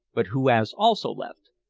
but who has also left.